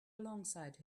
alongside